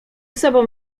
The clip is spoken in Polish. sobą